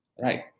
right